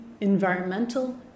environmental